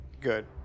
Good